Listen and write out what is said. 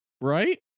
Right